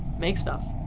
make stuff.